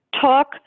talk